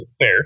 fair